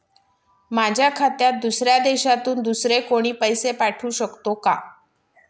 माझ्या खात्यात दुसऱ्या देशातून दुसरे कोणी पैसे पाठवू शकतो का?